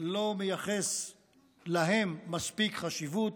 לא מייחס להם מספיק חשיבות,